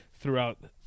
throughout